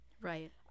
Right